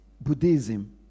Buddhism